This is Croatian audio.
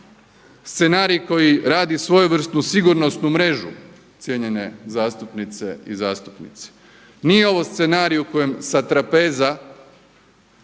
scenarij koji radi svojevrsnu sigurnosnu mrežu cijenjene zastupnice i zastupnici. Nije ovo scenarij u kojem sa trapeza